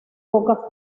poca